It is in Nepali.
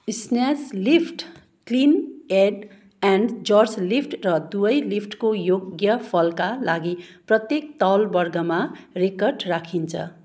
स्न्याच लिफ्ट क्लिन एड एन्ड जर्क लिफ्ट र दुवै लिफ्टको योग्य फलका लागि प्रत्येक तौलवर्गमा रेकर्ड राखिन्छ